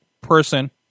person